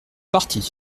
parti